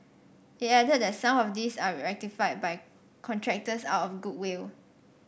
it added that some of these are rectified by contractors out of goodwill